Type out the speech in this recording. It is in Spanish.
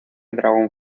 dragon